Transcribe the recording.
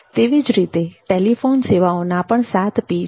તેવી જ રીતે ટેલિફોન સેવાઓ ના પણ 7P છે